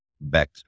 back